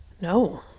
no